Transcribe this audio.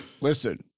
Listen